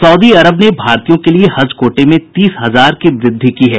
Saudi Arab ने भारतीयों के लिये हज कोटे में तीस हजार की वृद्धि की है